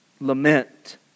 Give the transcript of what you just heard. Lament